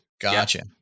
Gotcha